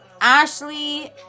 Ashley